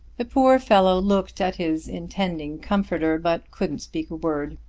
the poor fellow looked at his intending comforter, but couldn't speak a word.